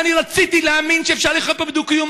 רציתי להאמין שאפשר לחיות פה בדו-קיום,